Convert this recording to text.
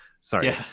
Sorry